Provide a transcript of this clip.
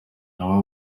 aba